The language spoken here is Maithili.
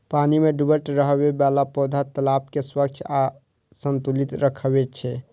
पानि मे डूबल रहै बला पौधा तालाब कें स्वच्छ आ संतुलित राखै छै